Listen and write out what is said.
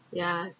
ya